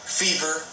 fever